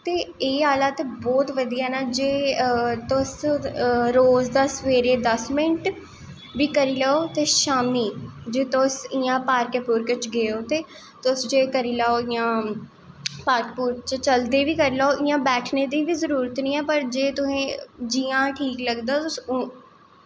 ते एह् आह्ला ते बौह्त बदियै ऐ ना जे तुस रोज़ दा सवेरे दस मैंट बी करी लैओ ते शाम्मी जे तुस इयां पार्कै पूर्कै बिच्च गे हो ते तुस जे करी लैओ इयां पार्क पूर्क बिच्च चलदे बी करी लैओ इयां बैठनें दी बी जरूरत नी पर जे तुसें जियां ठीक लगदा तुस उआं